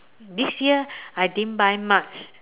this year I didn't buy much